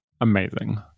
amazing